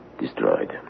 destroyed